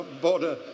border